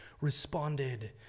responded